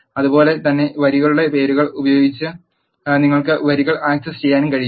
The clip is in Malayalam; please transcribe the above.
അതുപോലെ തന്നെ വരികളുടെ പേരുകൾ ഉപയോഗിച്ച് നിങ്ങൾക്ക് വരികൾ ആക്സസ് ചെയ്യാനും കഴിയും